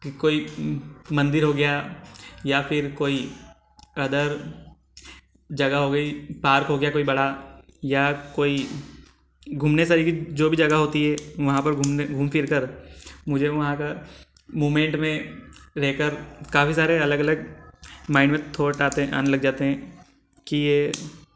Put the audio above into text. कोई मंदिर हो गया या फिर कोई अदर जगह हो गई पार्क हो गया कोई बड़ा या कोई घूमने से जो भी जगह होती है वहाँ पर घूमने घूम फिर कर मुझे वहाँ का मोमेंट में रहकर काफी सारे अलग अलग माइंड में थॉट आते हैं आने लग जाते हैं कि ये